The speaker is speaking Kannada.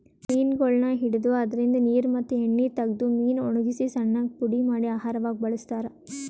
ಮೀನಗೊಳನ್ನ್ ಹಿಡದು ಅದ್ರಿನ್ದ ನೀರ್ ಮತ್ತ್ ಎಣ್ಣಿ ತಗದು ಮೀನಾ ವಣಗಸಿ ಸಣ್ಣ್ ಪುಡಿ ಮಾಡಿ ಆಹಾರವಾಗ್ ಬಳಸ್ತಾರಾ